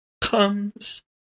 comes